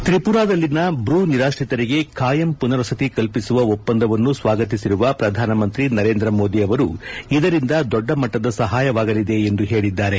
ತ್ರಿಪುರಾದಲ್ಲಿನ ಬೂ ನಿರಾಶ್ರಿತರಿಗೆ ಖಾಯಂ ಪುನರ್ವಸತಿ ಕಲ್ಲಿಸುವ ಒಪ್ಸಂದವನ್ನು ಸ್ಲಾಗತಿಸುವ ಪ್ರಧಾನಮಂತ್ರಿ ನರೇಂದ್ರ ಮೋದಿ ಅವರು ಇದರಿಂದ ದೊಡ್ಡ ಮಟ್ಟದ ಸಹಾಯವಾಗಲಿದೆ ಎಂದು ಹೇಳಿದ್ದಾರೆ